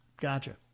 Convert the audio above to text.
Gotcha